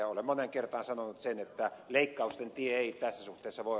olen moneen kertaan sanonut sen että leikkausten tie ei tässä suhteessa voi